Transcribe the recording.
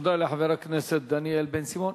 תודה לחבר הכנסת דניאל בן-סימון.